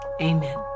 Amen